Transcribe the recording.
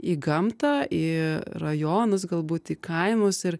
į gamtą į rajonus galbūt į kaimus ir